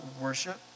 worship